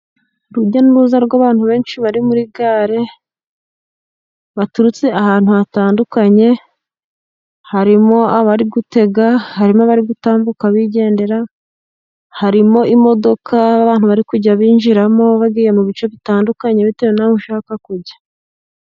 Urujya n'uruza rw'abantu benshi bari muri gare, baturutse ahantu hatandukanye, harimo abari gutega, harimo abari gutambuka bigendera, harimo imodoka abantu bari kujya binjiramo bagiye mu bice bitandukanye bitewe n'aho ushaka kujya.